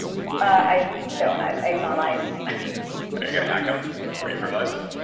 i don't. i have eggs on ice are you going to hack them before you fertilize them?